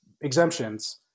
exemptions